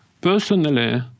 Personally